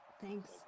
Thanks